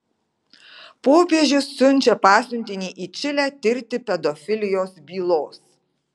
popiežius siunčia pasiuntinį į čilę tirti pedofilijos bylos